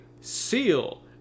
seal